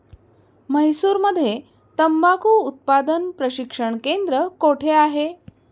म्हैसूरमध्ये तंबाखू उत्पादन प्रशिक्षण केंद्र कोठे आहे?